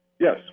Yes